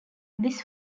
this